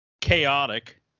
Chaotic